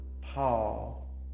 Paul